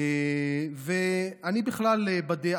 אבדוק את זה.